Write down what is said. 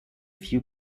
few